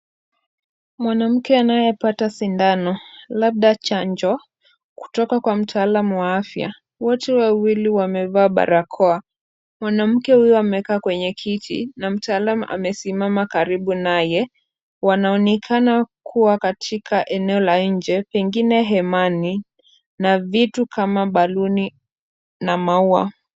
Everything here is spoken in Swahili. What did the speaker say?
Mwanamke anayepata sindano, labda chanjo kutoka kwa mtaalamu wa afya. Wote wawili wamevaa barakoa. Mwanamke huyu amekaa kwenye kiti, na mtaalamu amesimama karibu naye. Wanaonekana kuwa katika eneo la nje pengine hemani, na vitu kama baluni na maua.